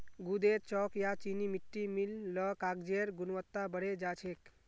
गूदेत चॉक या चीनी मिट्टी मिल ल कागजेर गुणवत्ता बढ़े जा छेक